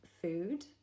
food